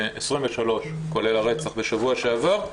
23 כולל הרצח בשבוע שעבר.